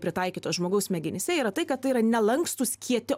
pritaikytos žmogaus smegenyse yra tai kad tai yra nelankstūs kieti